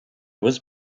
was